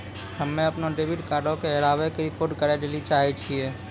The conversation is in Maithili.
हम्मे अपनो डेबिट कार्डो के हेराबै के रिपोर्ट करै लेली चाहै छियै